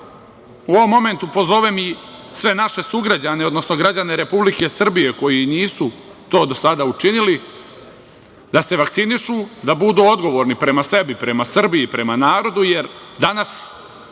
u ovom momentu pozovem i sve naše sugrađane, odnosno građane Republike Srbije, koji nisu to do sada učinili, da se vakcinišu, da budu odgovorni prema sebi, prema Srbiji, prema narodu, jer danas